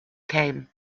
came